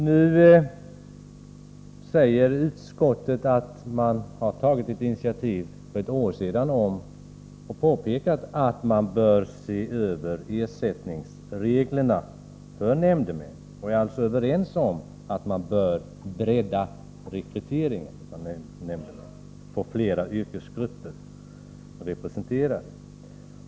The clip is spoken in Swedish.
Nu säger utskottet att man har tagit ett initiativ för ett år sedan och påpekat att ersättningsreglerna för nämndemän bör ses över. Vi är alltså överens om att man bör bredda rekryteringen av nämndemän och få flera yrkesgrupper representerade.